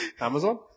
Amazon